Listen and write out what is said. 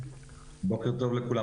בוקר טוב לכולם.